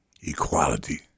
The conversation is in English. Equality